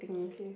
okay